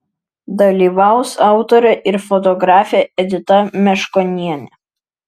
dalyvaus autorė ir fotografė edita meškonienė